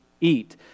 eat